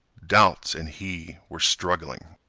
doubts and he were struggling.